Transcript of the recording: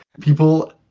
people